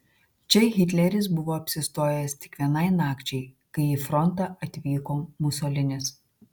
čia hitleris buvo apsistojęs tik vienai nakčiai kai į frontą atvyko musolinis